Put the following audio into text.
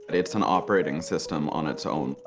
it's an operating system on its own,